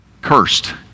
cursed